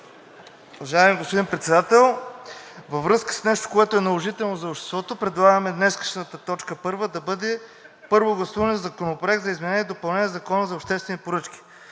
Уважаеми господин Председател, във връзка с нещо, което е наложително за обществото, предлагаме днешната точка първа да бъде – Първо гласуване на Законопроекта за изменение и допълнение на Закона за обществените поръчки.